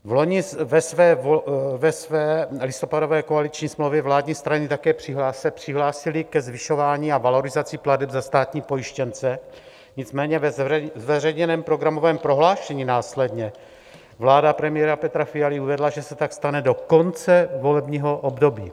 Vloni se ve své listopadové koaliční smlouvě vládní strany také přihlásily ke zvyšování a valorizaci plateb za státní pojištěnce, nicméně ve zveřejněném programovém prohlášení následně vláda premiéra Petra Fialy uvedla, že se tak stane do konce volebního období.